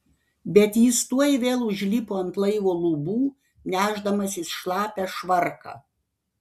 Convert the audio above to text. bet jis tuoj vėl užlipo ant laivo lubų nešdamasis šlapią švarką